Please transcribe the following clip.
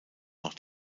noch